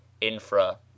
infra